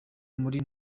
muri